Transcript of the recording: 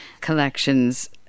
Collections